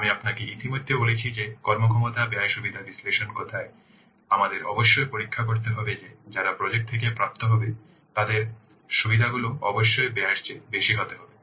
আমি আপনাকে ইতিমধ্যে বলেছি যে কর্মক্ষমতা ব্যয় সুবিধা বিশ্লেষণ কোথায় আমাদের অবশ্যই পরীক্ষা করতে হবে যে যারা প্রজেক্ট থেকে প্রাপ্ত হবে তাদের সুবিধাগুলি অবশ্যই ব্যয়ের চেয়ে বেশি হতে হবে